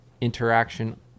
interaction